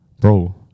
bro